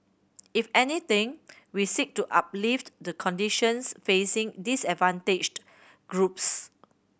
if anything we seek to uplift the conditions facing disadvantaged groups